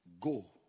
go